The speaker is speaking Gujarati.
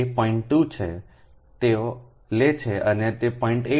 2 છેતેઓ લે છે અને તે 0